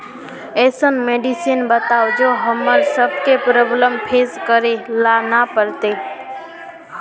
ऐसन मेडिसिन बताओ जो हम्मर सबके प्रॉब्लम फेस करे ला ना पड़ते?